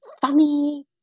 funny